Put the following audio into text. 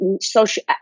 social